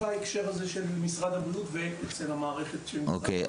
בהקשר הזה של משרד הבריאות ואצל המערכת --- אוקיי,